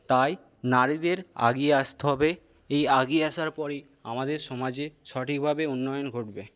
তাই নারীদের এগিয়ে আসতে হবে এই এগিয়ে আসার পরেই আমাদের সমাজে সঠিকভাবে উন্নয়ন ঘটবে